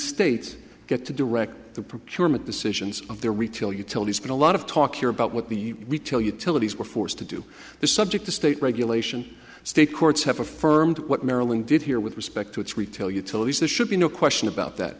states get to direct the procurement decisions of their retail utilities but a lot of talk here about what the retail utilities were forced to do this subject to state regulation state courts have affirmed what maryland did here with respect to its retail utilities that should be no question about that